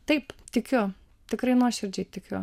taip tikiu tikrai nuoširdžiai tikiu